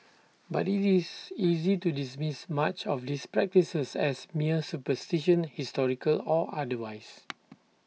but IT is easy to dismiss much of these practices as mere superstition historical or otherwise